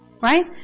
Right